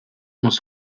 muss